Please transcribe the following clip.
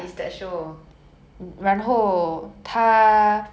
重生 I don't know